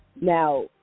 Now